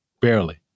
barely